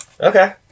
Okay